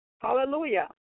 Hallelujah